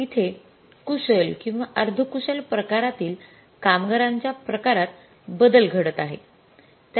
तर इथे कुशल किंवा अर्ध कुशल प्रकारातील कामगारांच्या प्रकारात बदल घडत आहे